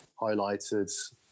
highlighted